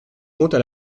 comptes